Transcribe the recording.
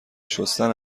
شستن